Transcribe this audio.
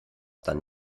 dann